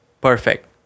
perfect